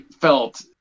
felt